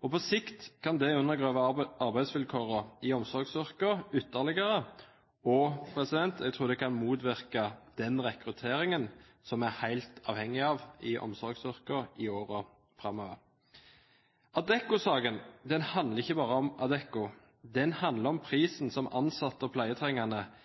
På sikt kan det undergrave arbeidsvilkårene i omsorgsyrkene ytterligere, og jeg tror det kan motvirke den rekrutteringen vi er helt avhengige av i omsorgsyrkene i årene framover. Adecco-saken handler ikke bare om Adecco. Den handler om prisen som ansatte og